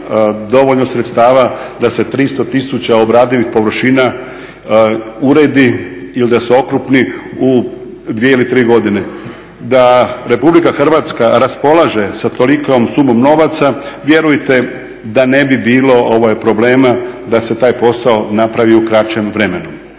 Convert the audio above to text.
dovoljno sredstava da se 300 tisuća obradivih površina uredi ili da se okrupni u 2 ili 3 godine. Da RH raspolaže sa tolikom sumom novaca, vjerujte da ne bi bilo problema da se taj posao napravi u kraćem vremenu.